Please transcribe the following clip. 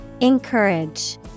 Encourage